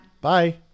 Bye